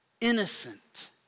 innocent